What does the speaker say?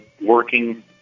working